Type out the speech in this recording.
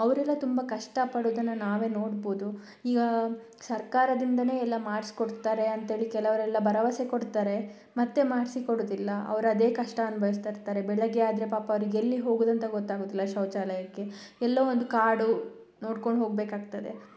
ಅವರೆಲ್ಲ ತುಂಬ ಕಷ್ಟ ಪಡೋದನ್ನ ನಾವೇ ನೋಡ್ಬೌದು ಈಗ ಸರ್ಕಾರದಿಂದನೇ ಎಲ್ಲ ಮಾಡಿಸ್ಕೊಡ್ತಾರೆ ಅಂತ ಹೇಳಿ ಕೆಲವರೆಲ್ಲ ಭರವಸೆ ಕೊಡ್ತಾರೆ ಮತ್ತೆ ಮಾಡಿಸಿ ಕೊಡೊದಿಲ್ಲ ಅವರು ಅದೇ ಕಷ್ಟ ಅನುಭವಿಸ್ತಾ ಇರ್ತಾರೆ ಬೆಳಿಗ್ಗೆ ಆದರೆ ಪಾಪ ಅವ್ರಿಗೆ ಎಲ್ಲಿ ಹೋಗುದು ಅಂತ ಗೊತ್ತಾಗೋದಿಲ್ಲ ಶೌಚಾಲಯಕ್ಕೆ ಎಲ್ಲೋ ಒಂದು ಕಾಡು ನೋಡ್ಕೊಂಡು ಹೋಗಬೇಕಾಗ್ತದೆ